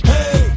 Hey